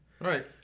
right